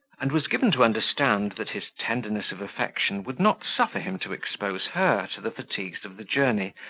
and was given to understand that his tenderness of affection would not suffer him to expose her to the fatigues of the journey,